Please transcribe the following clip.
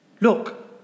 Look